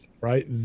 right